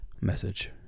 message